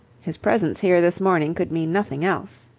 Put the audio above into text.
his presence here this morning could mean nothing else.